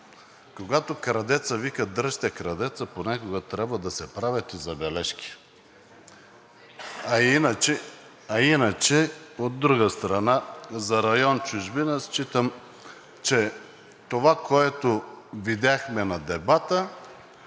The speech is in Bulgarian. Когато крадецът вика дръжте крадеца, понякога трябва да се правят и забележки, а иначе, от друга страна, за район „Чужбина“ считам, че това, което видяхме на дебата